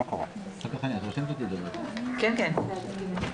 היום יום שני, 30 בנובמבר 2020, י"ד בכסלו התשפ"א.